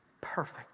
perfect